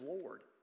lord